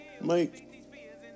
Mike